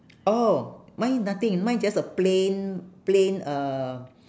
oh mine nothing mine just a plain plain uh